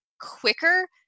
quicker